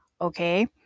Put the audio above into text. Okay